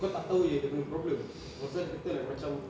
kau tak tahu dia punya problem tu pasal dia kata like macam